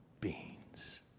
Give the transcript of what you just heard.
beings